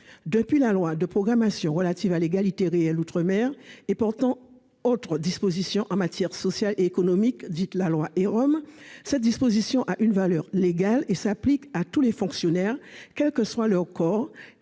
Depuis la loi de programmation relative à l'égalité réelle outre-mer et portant autres dispositions en matière sociale et économique, la loi ÉROM, celle-ci a une valeur légale et concerne tous les fonctionnaires, quels que soient leurs corps,